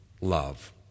love